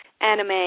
anime